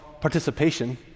participation